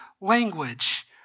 language